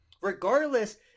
regardless